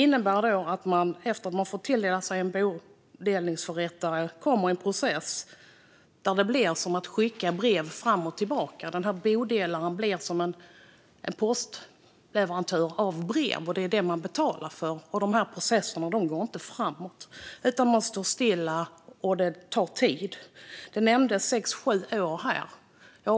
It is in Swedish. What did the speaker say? När man har fått sig tilldelad en bodelningsförrättare kommer det en process där det blir som att skicka brev fram och tillbaka. Bodelaren blir som en leverantör av brev, och det är det man betalar för. Processerna går inte framåt. Man står stilla, och det tar tid. Här nämndes sex sju år.